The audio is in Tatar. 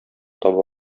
таба